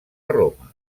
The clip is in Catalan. roma